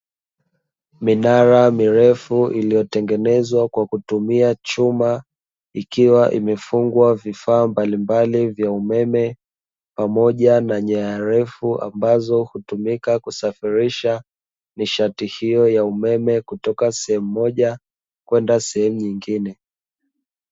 Minara mirefu iliyotengenezwa kwa kutumia chuma ikiwa imefungwa vifaa mbalimbali vya umeme, pamoja na nyaya refu ambazo hutumika kusafirisha nishati hiyo ya umeme, kutoka sehemu moja kwenda sehemu nyingine.